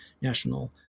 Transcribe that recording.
National